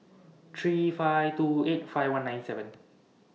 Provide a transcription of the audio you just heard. three five two eight five one nine seven